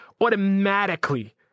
automatically